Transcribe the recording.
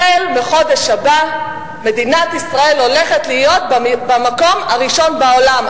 החל מהחודש הבא מדינת ישראל הולכת להיות במקום הראשון בעולם.